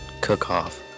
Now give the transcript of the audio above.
cook-off